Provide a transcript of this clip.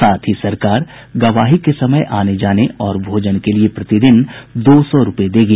साथ ही सरकार गवाही के समय आने जाने और भोजन के लिए प्रतिदिन दो सौ रूपये देगी